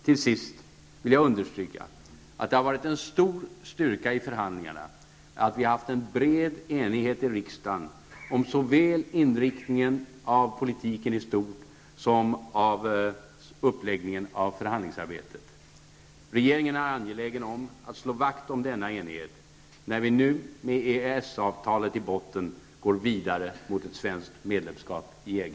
Till sist vill jag understryka att det varit en stor styrka i förhandlingarna att vi har haft en så bred enighet i riksdagen såväl om inriktningen av politiken i stort som om uppläggningen av förhandlingsarbetet. Regeringen är angelägen om att slå vakt om denna enighet när vi med EES avtalet i botten går vidare mot ett svenskt medlemskap i EG.